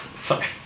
Sorry